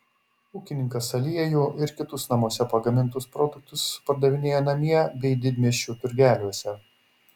ūkininkas aliejų ir kitus namuose pagamintus produktus pardavinėja namie bei didmiesčių turgeliuose